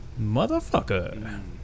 Motherfucker